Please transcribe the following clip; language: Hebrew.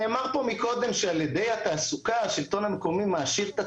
נאמר פה קודם שעל ידי התעסוקה השלטון המקומי מעשיר את עצמו.